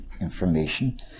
information